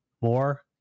more